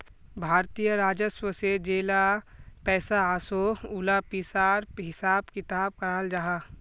भारतीय राजस्व से जेला पैसा ओसोह उला पिसार हिसाब किताब कराल जाहा